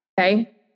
Okay